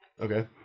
Okay